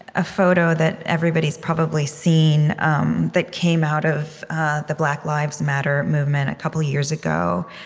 ah photo that everybody's probably seen um that came out of the black lives matter movement a couple years ago.